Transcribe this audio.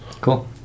cool